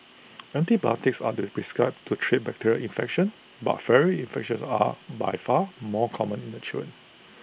antibiotics are prescribed to treat bacterial infections but viral infections are by far more common in the